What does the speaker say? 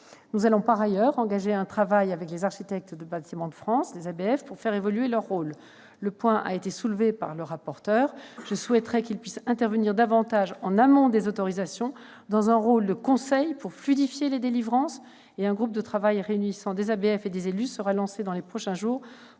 Nous allons par ailleurs engager un travail avec les architectes des Bâtiments de France, les ABF, pour faire évoluer leur rôle. Ce point a été soulevé par le rapporteur. Je souhaite qu'ils puissent intervenir davantage en amont des autorisations, qu'ils jouent un rôle de conseil, afin de fluidifier les délivrances. Un groupe de travail réunissant des ABF et des élus sera lancé dans les prochains jours.